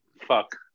Fuck